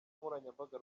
nkoranyambaga